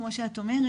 כמו שאת אומרת,